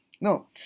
No